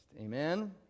amen